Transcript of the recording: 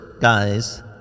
guys